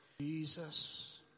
Jesus